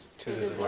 to